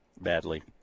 Badly